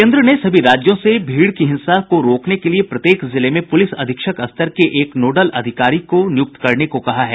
केंद्र ने सभी राज्यों से भीड़ की हिंसा को रोकने के लिए प्रत्येक जिले में पुलिस अधीक्षक स्तर के एक नोडल अधिकारी को नियुक्त करने को कहा है